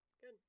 Good